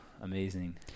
amazing